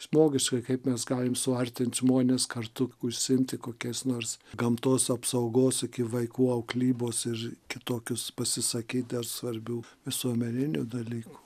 žmogiška kaip mes galim suartint žmones kartu užsiimti kokiais nors gamtos apsaugos iki vaikų auklybos ir kitokius pasisakyt dėl svarbių visuomeninių dalykų